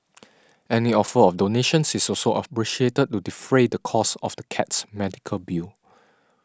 any offer of donations is also appreciated to defray the costs of the cat's medical bill